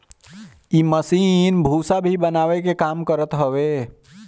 इ मशीन भूसा भी बनावे के काम करत हवे